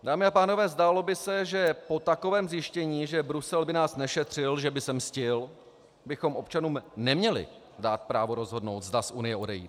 Dámy a pánové, zdálo by se, že po takovém zjištění, že Brusel by nás nešetřil, že by se mstil, bychom občanům neměli dát právo rozhodnout, zda z Unie odejít.